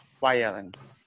violence